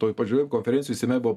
toj pačioj konferencijoj seime buvo